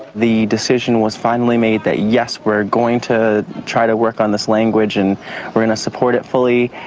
the decision was finally made that, yes, we're going to try to work on this language and we're going to support it fully,